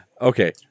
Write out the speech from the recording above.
Okay